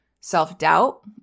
self-doubt